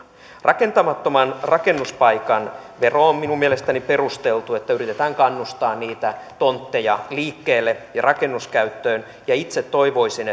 rakentamattoman rakennuspaikan vero on minun mielestäni perusteltua se että yritetään kannustaa niitä tontteja liikkeelle ja rakennuskäyttöön ja itse toivoisin